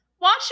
watch